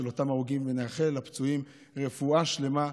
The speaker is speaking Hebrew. אותם הרוגים ונאחל לפצועים רפואה שלמה במהרה.